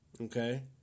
okay